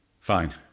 Fine